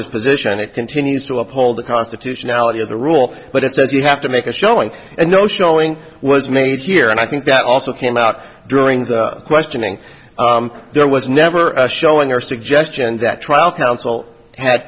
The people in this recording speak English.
his position it continues to uphold the constitutionality of the rule but it says you have to make a showing and no showing was made here and i think that also came out during the questioning there was never a showing our suggestion that trial counsel had